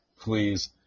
Please